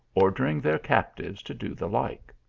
ordering their captives to do the like.